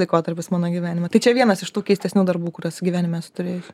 laikotarpis mano gyvenimo tai čia vienas iš tų keistesnių darbų kuriuos gyvenime esu turėjus